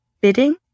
bidding